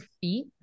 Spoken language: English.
feet